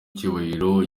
icyubahiro